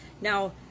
now